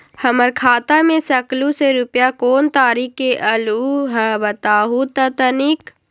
हमर खाता में सकलू से रूपया कोन तारीक के अलऊह बताहु त तनिक?